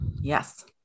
Yes